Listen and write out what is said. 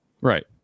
Right